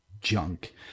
junk